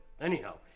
anyhow